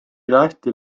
lahti